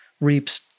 reaps